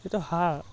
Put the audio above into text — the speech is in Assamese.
সেইটো সাৰ